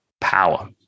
power